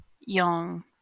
young